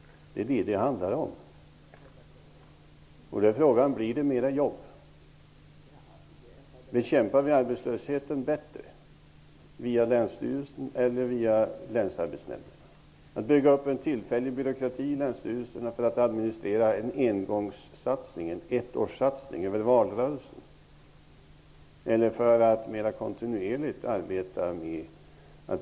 Det är vad det hela handlar om. Frågan är om det blir mera jobb. Bekämpas arbetslösheten bättre hos länsstyrelsen eller hos länsarbetsnämnderna? Bekämpas arbetslösheten genom att bygga upp tillfälliga byråkratier i länsstyrelserna för att administrera ett ettårsprojekt över valrörelsen eller genom att arbeta mera kontinuerligt? Det är frågan.